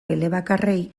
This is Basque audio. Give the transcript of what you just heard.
elebakarrei